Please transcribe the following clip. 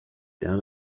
down